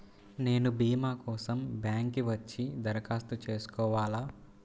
నేను భీమా కోసం బ్యాంక్కి వచ్చి దరఖాస్తు చేసుకోవాలా?